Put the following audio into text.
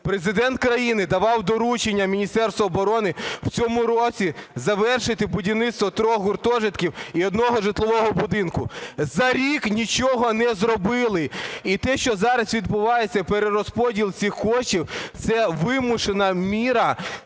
Президент країни давав доручення Міністерству оборони в цьому році завершити будівництво трьох гуртожитків і одного житлового будинку, за рік нічого не зробили. І те, що зараз відбувається, перерозподіл цих коштів, – це вимушена міра